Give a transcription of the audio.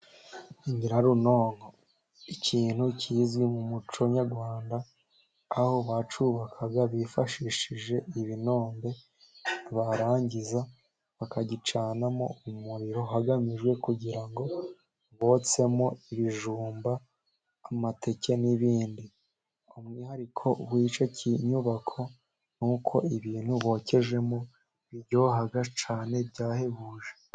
Nyirarunonko ikintu kizwi mu muco nyarwanda, aho bacyubakaga bifashishije ibinombe, barangiza bakagicanamo umuriro hagamijwe kugira ngo botsemo ibijumba, amateke n'ibindi, umwihariko w'icyo kinyubako ni uko ibintu bokejemo biryoha cyane byahebuje.